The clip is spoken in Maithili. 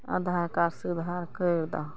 आधार कार्ड सुधार करि दह